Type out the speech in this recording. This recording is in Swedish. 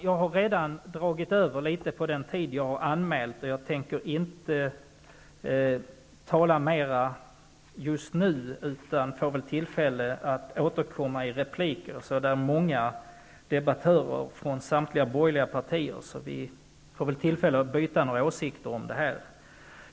Jag har redan något överskridit den tid jag har anmält, och jag tänker inte tala mera just nu, utan får väl tillfälle att återkomma i repliker. Här är många debattörer från samtliga borgerliga partier, så vi får väl tillfälle att utbyta åsikter om detta.